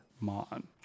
Mon